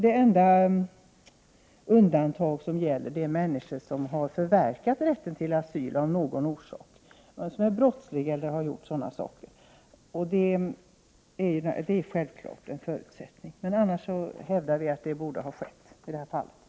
Det enda självklara undantaget skulle gälla människor som av någon orsak förverkat sin asylrätt, t.ex. brottslingar. Annars skulle det ha skett, hävdar vi.